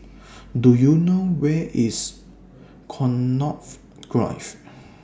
Do YOU know Where IS Connaught Drive